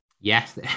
Yes